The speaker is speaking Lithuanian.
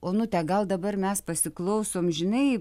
onutę gal dabar mes pasiklausom žinai